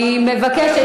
אני מבקשת,